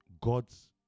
God's